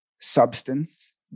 substance